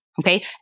okay